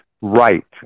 Right